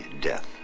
death